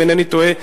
אם אינני טועה,